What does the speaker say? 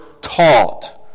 taught